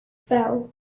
fell